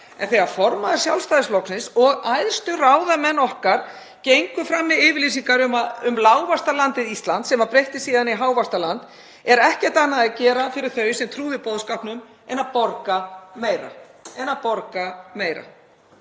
en þegar formaður Sjálfstæðisflokksins og æðstu ráðamenn okkar gengu fram með yfirlýsingar um lágvaxtalandið Ísland, sem breyttist síðan í hávaxtaland, er ekkert annað að gera fyrir þau sem trúðu boðskapnum en að borga meira.